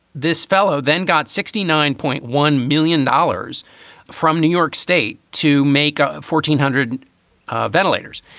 this fellow then got sixty nine point one million dollars from new york state to make ah fourteen hundred ventilators.